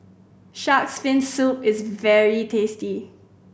Shark's Fin Soup is very tasty